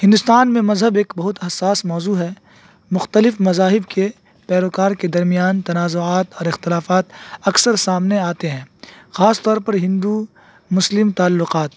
ہندوستان میں مذہب ایک بہت حساس موضوع ہے مختلف مذاہب کے پیروکار کے درمیان تنازعات اور اختلافات اکثر سامنے آتے ہیں خاص طور پر ہندو مسلم تعلقات